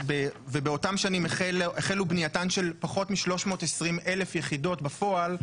ובאותן שנים החלה בנייתן של פחות מ-320,000 יחידות בפועל,